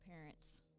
parents